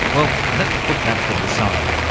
well, let's put that to the side.